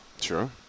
Sure